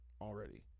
already